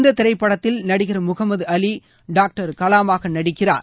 இந்த திரைப்படத்தில் நடிகர் முகமது அலி டாக்டர் கலாமாக நடிக்கிறார்